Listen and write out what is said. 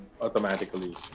automatically